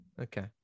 Okay